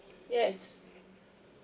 yes